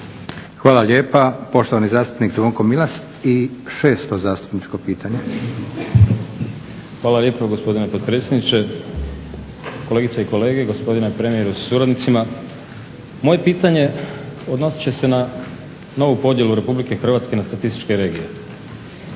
Hvala lijepo. Poštovani zastupnik Zvonko Milas i 6.zastupničko pitanje. **Milas, Zvonko (HDZ)** Hvala lijepo gospodine potpredsjedniče. Kolegice i kolege, gospodine premijeru sa suradnicima. Moje pitanje odnosit će se na novu podjelu RH na statističke regije.